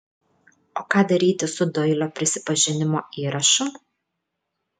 o ką daryti su doilio prisipažinimo įrašu